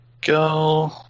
go